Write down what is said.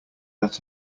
that